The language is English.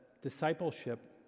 discipleship